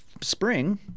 spring